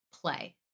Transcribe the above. play